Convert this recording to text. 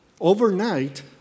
overnight